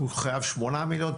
הוא חייב שמונה מיליון?